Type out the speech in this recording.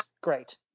great